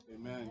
Amen